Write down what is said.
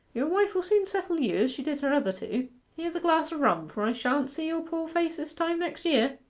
your wife will soon settle you as she did her other two here's a glass o' rum, for i shan't see your poor face this time next year.